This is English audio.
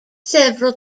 several